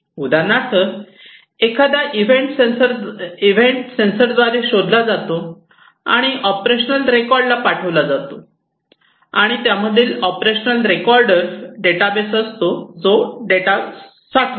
उदाहरणार्थ एखादा इव्हेंट सेन्सरद्वारे शोधला जातो आणि ऑपरेशनल रेकॉर्डरला पाठविला जातो आणि त्यामधील ऑपरेशनल रेकॉर्डर डेटाबेस असतो जो डेटा साठवतो